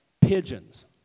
pigeons